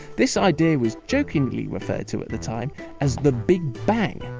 this idea was jokingly referred to at the time as the big bang,